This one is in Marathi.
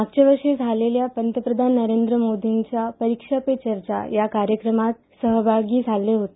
मागच्या वर्षी झालेल्या पंतप्रधान नरेंद्र मोदींच्या परीक्षा पे चर्चा या कार्यक्रमात सहभागी झाले होते